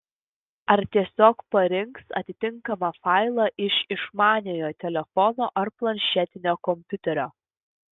ar tiesiog parinks atitinkamą failą iš išmaniojo telefono ar planšetinio kompiuterio